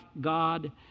God